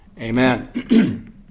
amen